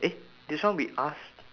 eh this one we asked